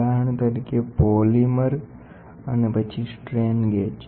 ઉદાહરણ તરીકે પોલિમર અને પછી સ્ટ્રેન ગેજ